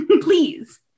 please